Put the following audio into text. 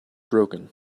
broken